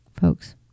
folks